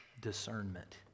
discernment